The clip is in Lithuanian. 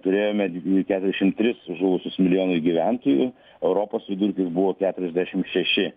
turėjome keturiasdešimt tris žuvusius milijonui gyventojų europos vidurkis buvo keturiasdešimt šeši